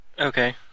Okay